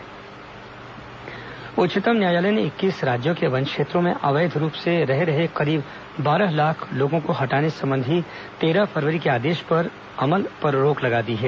supreme court वन अधिकार उच्चतम न्यायालय ने इक्कीस राज्यों के वन क्षेत्रों में अवैध रूप से रह रहे करीब बारह लाख लोगों को हटाने संबंधी तेरह फरवरी के आदेश पर अमल रोक दिया है